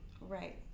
Right